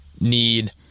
need